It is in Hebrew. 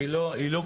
היא לא קונסיסטנטית.